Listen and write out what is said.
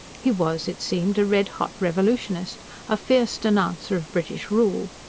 he was, it seemed, a red-hot revolutionist a fierce denouncer of british rule.